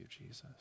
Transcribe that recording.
jesus